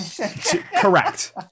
Correct